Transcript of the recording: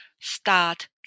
start